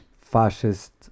fascist